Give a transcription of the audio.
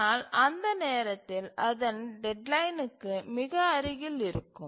ஆனால் அந்த நேரத்தில் அதன் டெட்லைனுக்கு மிக அருகில் இருக்கும்